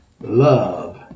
Love